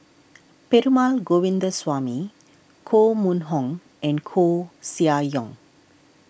Perumal Govindaswamy Koh Mun Hong and Koeh Sia Yong